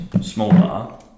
smaller